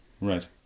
Right